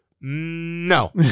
No